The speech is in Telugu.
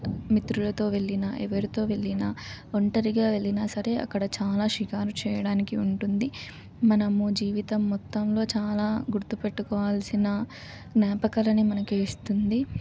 మిత్రులతో వెళ్ళినా ఎవరితో వెళ్ళినా ఒంటరిగా వెళ్ళినా సరే అక్కడ చాలా షికారు చేయడానికి ఉంటుంది మనము జీవితం మొత్తంలో చాలా గుర్తుపెట్టుకోవాల్సిన జ్ఞాపకాలని మనకి ఇస్తుంది